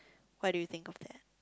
what do you think of that